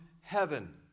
heaven